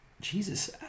Jesus